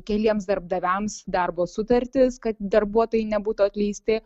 keliems darbdaviams darbo sutartis kad darbuotojai nebūtų atleisti